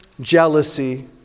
jealousy